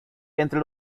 entre